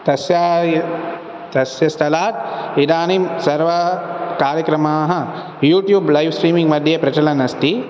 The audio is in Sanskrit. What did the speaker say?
तस्या तस्य स्थलात् इदानीं सर्वा कार्यक्रमाः यूट्यूब् लैव् स्ट्रीमिङ्ग् मद्ये प्रचलन्नस्ति